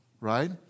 right